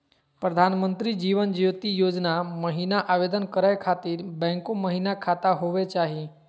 प्रधानमंत्री जीवन ज्योति योजना महिना आवेदन करै खातिर बैंको महिना खाता होवे चाही?